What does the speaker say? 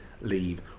leave